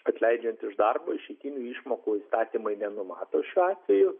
atleidžiant iš darbo išeitinių išmokų įstatymai nenumato šiuo atveju